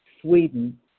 Sweden